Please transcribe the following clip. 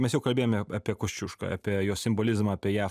mes jau kalbėjome apie kosciušką apie jo simbolizmą apie jav